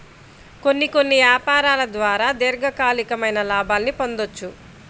కొన్ని కొన్ని యాపారాల ద్వారా దీర్ఘకాలికమైన లాభాల్ని పొందొచ్చు